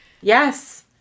Yes